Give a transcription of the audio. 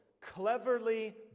cleverly